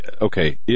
Okay